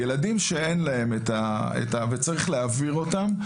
ילדים שצריך להעביר אותם,